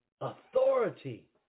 Authority